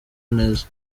neza